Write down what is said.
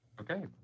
Okay